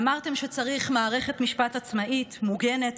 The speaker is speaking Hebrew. אמרתם שצריך מערכת משפט עצמאית, מוגנת,